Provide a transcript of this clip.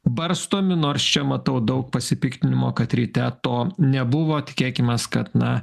barstomi nors čia matau daug pasipiktinimo kad ryte to nebuvo tikėkimės kad na